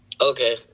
Okay